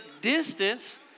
distance